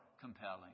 compelling